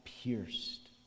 pierced